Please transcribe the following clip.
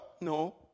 No